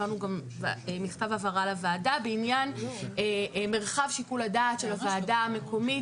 העברנו גם מכתב הבהרה לוועדה בעניין מרחב שיקול הדעת של הוועדה המקומית,